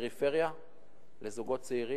לדירות בפריפריה לזוגות צעירים.